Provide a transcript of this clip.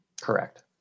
Correct